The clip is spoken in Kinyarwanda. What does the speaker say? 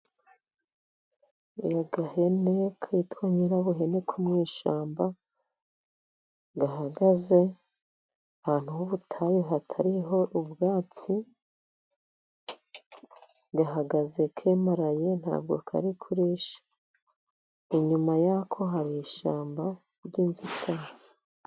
Agahene kitwa nyirabuhene ko mu ishyamba gahagaze ahantu h'ubutayu hatariho ubwatsi, gahagaze kemaraye nta bwo kari kurisha. Inyuma yako hari ishyamba ry'inzitane.